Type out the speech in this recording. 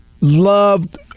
loved